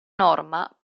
norma